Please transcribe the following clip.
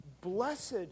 blessed